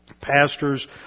pastors